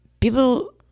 People